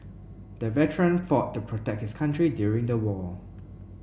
the veteran fought to protect his country during the war